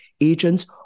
agents